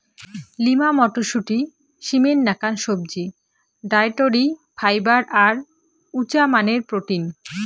lima মটরশুঁটি, সিমের নাকান সবজি, ডায়েটরি ফাইবার আর উচামানের প্রোটিন